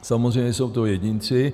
Samozřejmě jsou to jedinci.